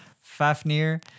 Fafnir